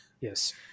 Yes